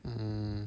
um